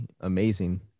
amazing